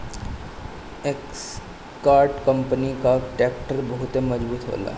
Escort company कअ tractor बहुते मजबूत होला